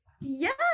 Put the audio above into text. yes